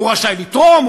הוא רשאי לתרום,